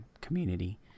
community